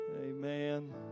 Amen